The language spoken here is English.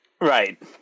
right